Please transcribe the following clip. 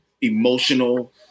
emotional